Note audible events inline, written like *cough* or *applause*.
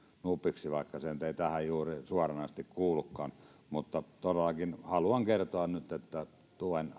nupiksi vaikka se ei juuri tähän suoranaisesti nyt kuulukaan mutta todellakin haluan kertoa nyt että tuen *unintelligible*